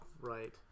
right